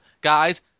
Guys